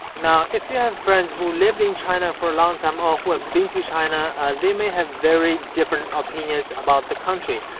now if you have friends who live in china for a long time or who have been to china, and they may have very different opinions about the country.